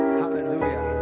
hallelujah